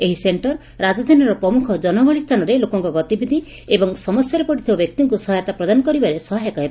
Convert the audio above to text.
ଏହି ସେଣ୍ଟର୍ ରାଜଧାନୀର ପ୍ରମୁଖ ଜନଗହଳି ସ୍ଥାନରେ ଲୋକଙ୍କ ଗତିବିଧି ଏବଂ ସମସ୍ୟାରେ ପଡ଼ିଥିବା ବ୍ୟକ୍ତିଙ୍କୁ ସହାୟତା ପ୍ରଦାନ କରିବାରେ ସହାୟକ ହେବ